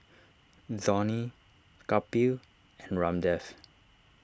Dhoni Kapil and Ramdev